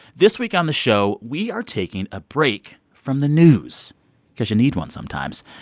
this week on the show, we are taking a break from the news because you need one sometimes.